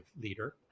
leader